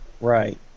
Right